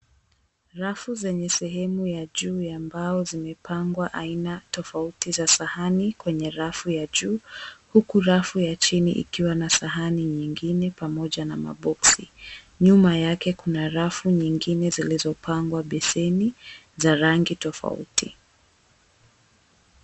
Rafu zenye sehemu ya juu ya mbao zimepangwa aina tofauti za sahani kwenye rafu ya juu. Huku rafu ya chini ikiwa na sahani nyingine pamoja na maboksi. Nyuma yake kuna rafu nyingine zilizopangwa beseni za rangi tofauti.